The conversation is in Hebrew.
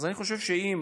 אז אני חושב שאם